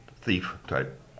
thief-type